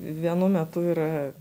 vienu metu yra